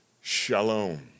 shalom